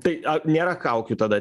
tai nėra kaukių tada